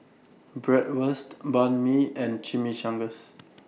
Bratwurst Banh MI and Chimichangas